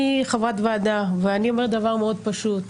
אני חברת ועדה ואני אומרת דבר מאוד פשוט.